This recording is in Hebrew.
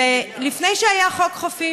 לפני שהיה חוק החופים,